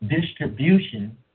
distribution